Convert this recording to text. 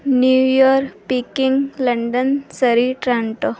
new year Peking London Surrey Toronto